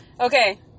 okay